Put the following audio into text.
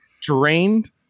drained